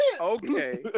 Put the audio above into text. Okay